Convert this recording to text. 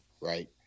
right